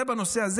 זה בנושא הזה.